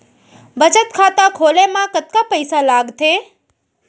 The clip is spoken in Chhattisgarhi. बचत खाता खोले मा कतका पइसा लागथे?